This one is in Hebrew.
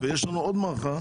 יש לנו עוד מערכת